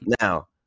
Now